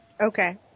Okay